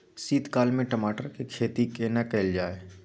शीत काल में टमाटर के खेती केना कैल जाय?